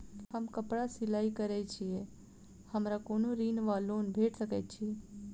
हम कापड़ सिलाई करै छीयै हमरा कोनो ऋण वा लोन भेट सकैत अछि?